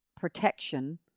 protection